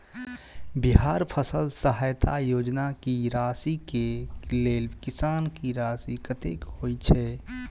बिहार फसल सहायता योजना की राशि केँ लेल किसान की राशि कतेक होए छै?